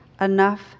enough